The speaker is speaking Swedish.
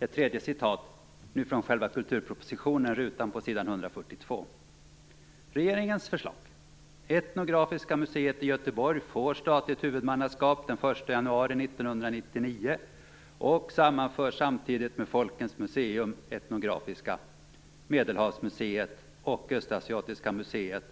Ett tredje citat, nu från själva kulturpropositionen, rutan på s.142: Regeringens förslag:" Etnografiska museet i Göteborg får statligt huvudmannaskap den 1 januari 1999 och sammanförs samtidigt med Folkens museum - etnografiska, Medelhavsmuseet och Östasiatiska museet